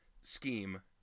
scheme